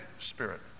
Spirit